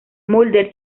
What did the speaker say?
mulder